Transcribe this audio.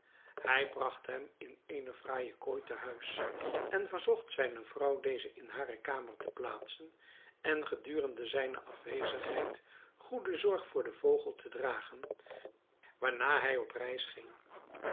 hij bragt hem in eene fraaie kooi te huis en verzocht zijne vrouw deze in hare kamer te plaatsen en gedurende zijne afwezigheid goede zorg voor den vogel te dragen waarna hij op reis ging